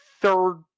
third